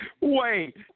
wait